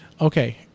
Okay